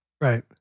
Right